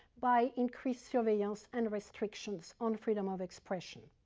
by increased surveillance and restrictions on freedom of expression.